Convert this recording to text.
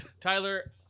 Tyler